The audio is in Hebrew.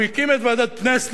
הוא הקים את ועדת-פלסנר,